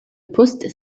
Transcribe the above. post